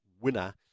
winner